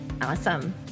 Awesome